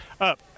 up